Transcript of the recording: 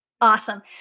Awesome